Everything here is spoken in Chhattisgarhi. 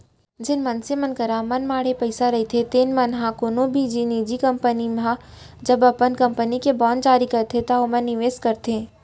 जेन मनसे मन करा मनमाड़े पइसा रहिथे तेन मन ह कोनो भी निजी कंपनी ह जब अपन कंपनी के बांड जारी करथे त ओमा निवेस करथे